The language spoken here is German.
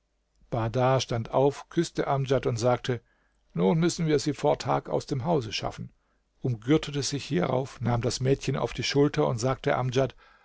bahdar stand auf küßte amdjad und sagte nun müssen wir sie vor tag aus dem hause schaffen umgürtete sich hierauf nahm das mädchen auf die schulter und sagte amdjad